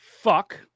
fuck